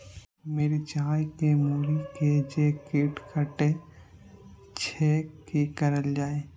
मिरचाय के मुरी के जे कीट कटे छे की करल जाय?